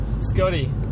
Scotty